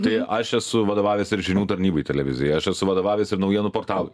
tai aš esu vadovavęs ir žinių tarnybai televizijoj aš esu vadovavęs ir naujienų portalui